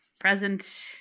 Present